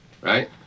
right